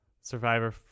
Survivor